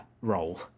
role